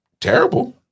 terrible